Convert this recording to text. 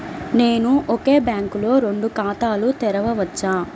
నేను ఒకే బ్యాంకులో రెండు ఖాతాలు తెరవవచ్చా?